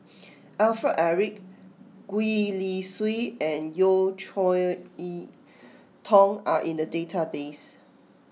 Alfred Eric Gwee Li Sui and Yeo Cheow Yi Tong are in the database